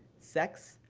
sex,